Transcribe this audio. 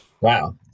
Wow